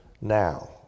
now